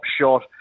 shot